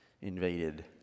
invaded